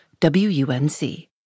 WUNC